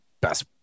best